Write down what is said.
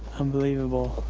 unbelievable.